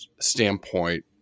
standpoint